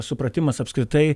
supratimas apskritai